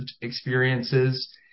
experiences